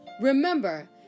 Remember